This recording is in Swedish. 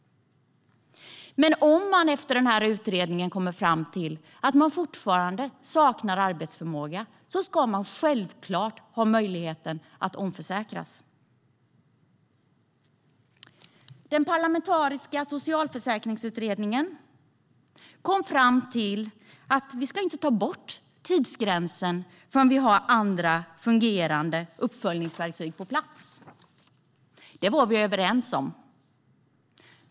Men om utredningen kommer fram till att man fortfarande saknar arbetsförmåga ska man självfallet ha möjlighet att omförsäkras. Den parlamentariska socialförsäkringsutredningen kom fram till att tidsgränserna inte ska tas bort förrän vi har andra fungerande uppföljningsverktyg på plats. Det var vi överens om.